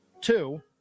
two